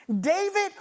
David